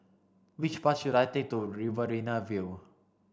which bus should I take to Riverina View